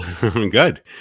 Good